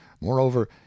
moreover